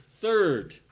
third